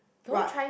what